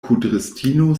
kudristino